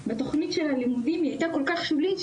בתוכנית של הלימודים היא הייתה כל כך שולית.